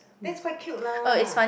that's quite cute lah